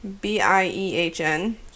B-I-E-H-N